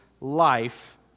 life